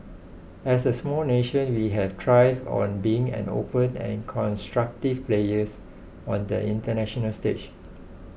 as a small nation we have thrived on being an open and constructive players on the international stage